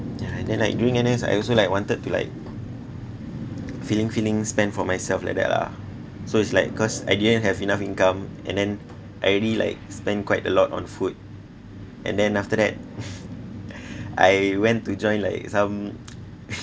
yeah and then like during N_S I also like wanted to like feeling feeling spend for myself like that lah so it's like cause I didn't have enough income and then I already like spent quite a lot on food and then after that I went to join like some